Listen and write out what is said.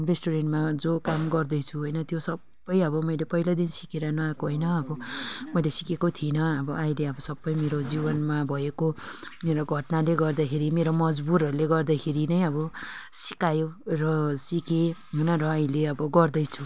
रेस्टुरेन्टमा जो काम गर्दैछु होइन त्यो सबै अब मैले पहिल्यैदेखि सिकेर नै आएको होइन अब मैले सिकेको थिइनँ अब अहिले अब सबै मेरो जीवनमा भएको मेरो घटनाले गर्दाखेरि मेरो मजबुरहरूले गर्दाखेरि नै अब सिकायो र सिकेँ होइन र अहिले अब गर्दैछु